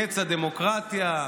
קץ הדמוקרטיה,